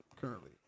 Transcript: currently